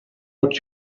what